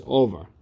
over